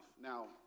Now